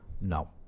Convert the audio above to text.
no